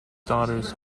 daughters